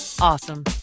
awesome